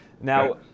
Now